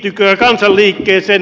asumisen hinta alas